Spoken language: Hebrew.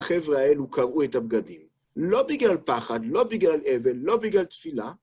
החבר'ה האלו קרעו את הבגדים, לא בגלל פחד, לא בגלל אבל, לא בגלל תפילה.